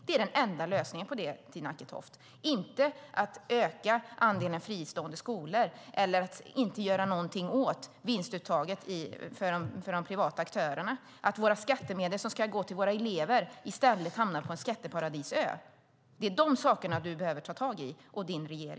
Det är den enda lösningen, Tina Acketoft, inte att öka andelen fristående skolor eller att inte göra någonting åt de privata aktörernas vinstuttag. Att våra skattemedel, som ska gå till våra elever, i stället hamnar på en skatteparadisö är vad du och din regering behöver ta tag i.